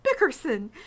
Bickerson